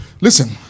Listen